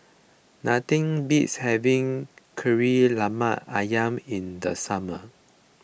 nothing beats having Kari Lemak Ayam in the summer